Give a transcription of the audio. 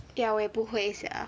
ya 我也不会 sia